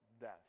death